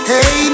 Hey